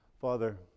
Father